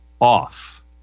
off